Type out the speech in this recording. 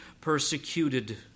persecuted